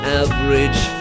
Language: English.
average